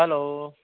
hello